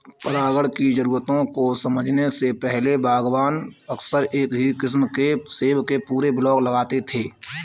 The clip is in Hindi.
परागण की जरूरतों को समझने से पहले, बागवान अक्सर एक ही किस्म के सेब के पूरे ब्लॉक लगाते थे